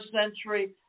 century